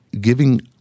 giving